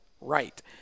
right